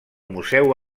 museu